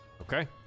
Okay